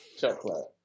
chocolate